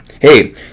Hey